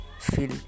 fill